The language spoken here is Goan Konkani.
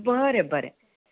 बरें बरें